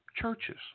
churches